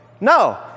No